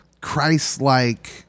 Christ-like